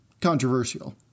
controversial